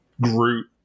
Groot